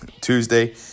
Tuesday